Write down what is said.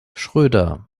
schröder